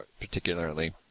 particularly